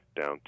down